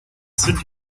sind